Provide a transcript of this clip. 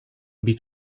bit